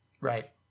Right